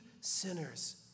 sinners